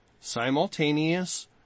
simultaneous